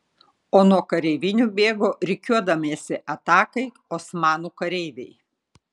o nuo kareivinių bėgo rikiuodamiesi atakai osmanų kareiviai